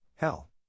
hell